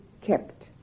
kept